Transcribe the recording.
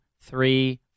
three